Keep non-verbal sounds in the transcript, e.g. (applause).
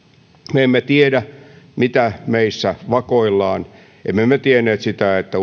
me emme tiedä mitä meissä vakoillaan emme me me tienneet sitä että (unintelligible)